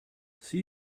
see